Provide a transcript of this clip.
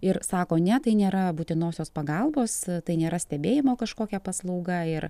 ir sako ne tai nėra būtinosios pagalbos tai nėra stebėjimo kažkokia paslauga ir